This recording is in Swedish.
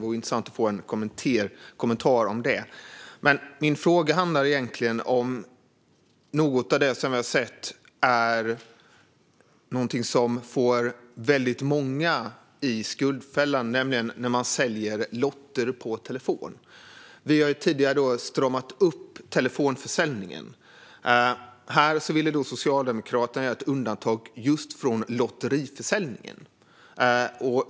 För det andra har jag en fråga som egentligen handlar om något av det som vi har sett får många att hamna i skuldfällan, nämligen försäljning av lotter per telefon. Vi har tidigare stramat upp telefonförsäljningen. Men här ville Socialdemokraterna göra ett undantag för just lotteriförsäljningen.